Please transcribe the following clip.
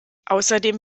außerdem